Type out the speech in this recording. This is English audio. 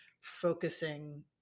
focusing